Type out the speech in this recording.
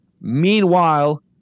Meanwhile